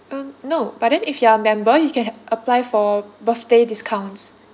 um no but then if you are a member you can apply for birthday discounts